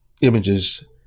images